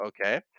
Okay